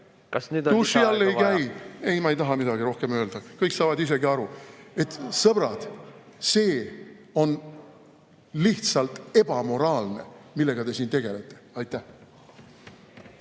Kas nüüd on lisaaega vaja? Ei, ma ei taha midagi rohkemat öelda. Kõik saavad isegi aru. Sõbrad, see on lihtsalt ebamoraalne, millega te siin tegelete. Aitäh!